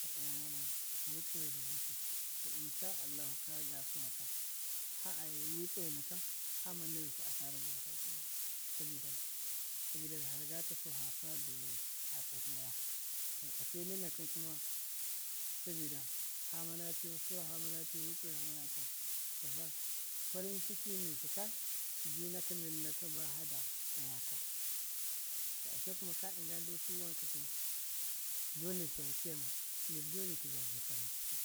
Fa tsaya mana mu witsuwai dɨ busɨ, to inshallahu kasamusa ghinsi kaga suwa ka ha’ayi witsuwe naka naka fama nayusɨ a kara busa a tɨrafu sabida fa rɨgatasu fa sabeyai a tsahiya to ashe nɨ nakɨm kuma sabida fama tyu suwa fama tyu witsu wai famama tyu, to fa farin ciki musɨ ka ji naka mir naka ba fada tsaya ka, to ashe ka ɗɨnga ndu su wankakai, dole fiya kiya ma, mir dole tɨga ze farin ciki,